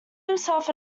himself